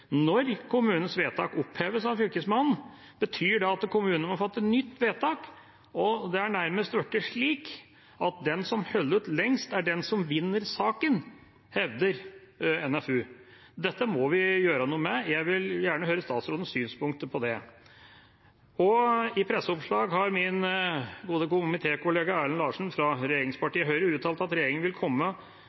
Når kommunens vedtak oppheves av Fylkesmannen, betyr det at kommunen må fatte nytt vedtak, og det er nærmest blitt slik at den som holder ut lengst, er den som vinner saken, hevder NFU. Dette må vi gjøre noe med. Jeg vil gjerne høre statsrådens synspunkter på det. I presseoppslag har min gode komitékollega Erlend Larsen fra regjeringspartiet Høyre uttalt at regjeringa vil komme